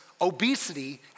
obesity